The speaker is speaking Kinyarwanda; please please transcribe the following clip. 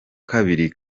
kabiri